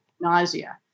nausea